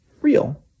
real